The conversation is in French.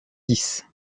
dix